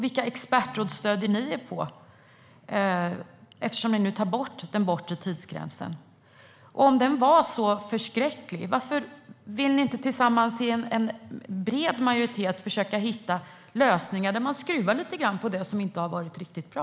Vilka expertråd stöder ni er på eftersom ni tar bort den bortre tidsgränsen? Om den var så förskräcklig, varför vill ni inte tillsammans i en bred majoritet försöka hitta lösningar där vi skruvar lite på det som inte har varit riktigt bra?